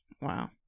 Wow